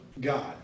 God